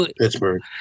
Pittsburgh